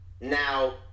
now